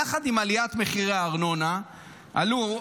יחד עם עליית מחירי הארנונה עלו,